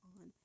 on